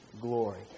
glory